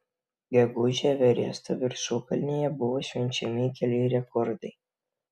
gegužę everesto viršukalnėje buvo švenčiami keli rekordai